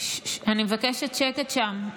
אני מבקשת שקט שם.